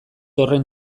horren